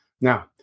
Now